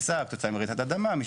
יש ביטוח לקריסה כתוצאה מרעידת אדמה,